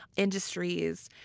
industries,